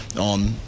on